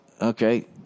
Okay